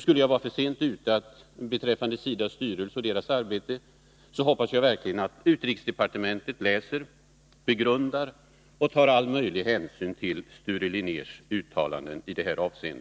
Skulle jag vara för sent ute beträffande SIDA:s styrelse och dess arbete hoppas jag verkligen att utrikesdepartementet läser, begrundar och tar all möjlig hänsyn till Sture Linnérs uttalanden i det här hänseendet.